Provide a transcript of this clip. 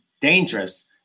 dangerous